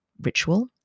ritual